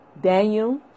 daniel